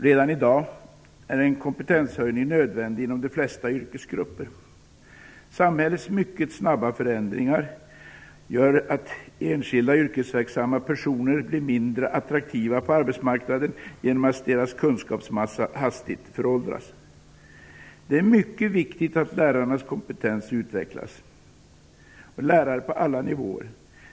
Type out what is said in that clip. Redan i dag är en kompetenshöjning nödvändig inom de flesta yrkesgrupper. Samhällets mycket snabba förändringar gör att enskilda yrkesverksamma personer blir mindre attraktiva på arbetsmarknaden genom att deras kunskapsmassa hastigt föråldras. Det är mycket viktigt att lärarnas kompetens utvecklas. Det gäller lärare på alla nivåer.